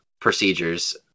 procedures